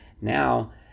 now